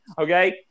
Okay